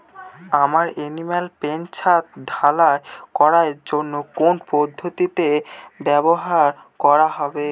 আমার animal pen ছাদ ঢালাই করার জন্য কোন পদ্ধতিটি ব্যবহার করা হবে?